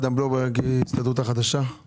אדם בלומנברג, ההסתדרות החדשה, בבקשה.